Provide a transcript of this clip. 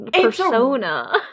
persona